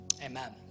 amen